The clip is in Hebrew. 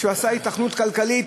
שהוא עשה היתכנות כלכלית?